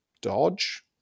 dodge